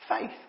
Faith